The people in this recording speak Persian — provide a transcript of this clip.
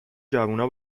جوونا